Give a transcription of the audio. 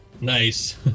Nice